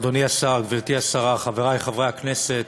אדוני השר, גברתי השרה, חברי חברי הכנסת,